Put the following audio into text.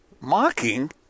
Mocking